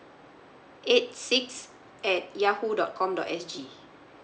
eight six at yahoo dot com dot s g